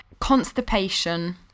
constipation